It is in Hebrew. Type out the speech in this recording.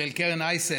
של קרן אייסף.